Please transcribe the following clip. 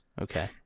okay